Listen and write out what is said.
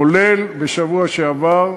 כולל בשבוע שעבר,